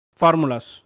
formulas